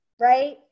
right